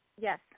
Yes